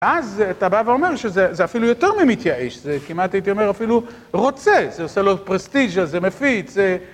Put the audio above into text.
אז אתה בא ואומר שזה אפילו יותר ממתייאש, זה כמעט הייתי אומר אפילו רוצה, זה עושה לו פרסטיג'ה, זה מפיץ, זה...